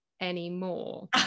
anymore